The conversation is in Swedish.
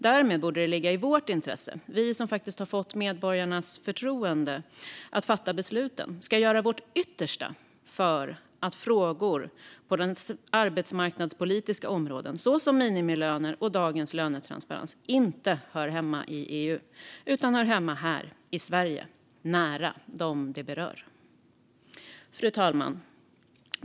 Därmed borde det ligga i vårt intresse - vi som faktiskt har fått medborgarnas förtroende att fatta besluten - att göra vårt yttersta för att se till att frågor på det arbetsmarknadspolitiska området, såsom minimilöner och dagens lönetransparens, inte ska höra hemma i EU utan ska höra hemma här i Sverige nära dem det berör. Fru talman!